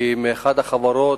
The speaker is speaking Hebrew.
אחת החברות,